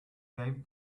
gave